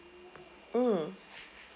mm